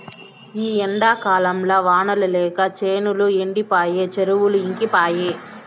ఈ ఎండాకాలంల వానలు లేక చేనులు ఎండిపాయె చెరువులు ఇంకిపాయె